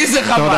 לי זה חבל.